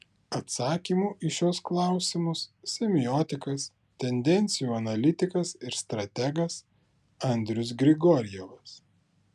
atsakymų į šiuos klausimus semiotikas tendencijų analitikas ir strategas andrius grigorjevas